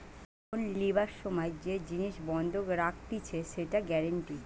loan লিবার সময় যে জিনিস বন্ধক রাখতিছে সেটা গ্যারান্টি